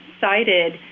cited